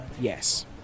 Yes